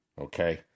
okay